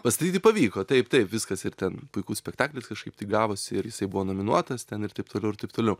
pastatyti pavyko taip taip viskas ir ten puikus spektaklis kažkaip tai gavosi ir jisai buvo nominuotas ten ir taip toliau ir taip toliau